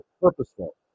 purposeful